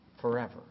forever